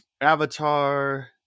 Avatar